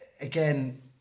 again